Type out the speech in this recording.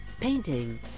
painting